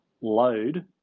load